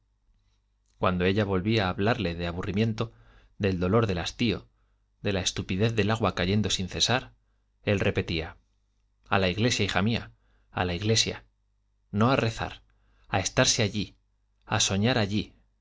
cuando ella volvía a hablarle de aburrimiento del dolor del hastío de la estupidez del agua cayendo sin cesar él repetía a la iglesia hija mía a la iglesia no a rezar a estarse allí a soñar allí